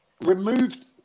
Removed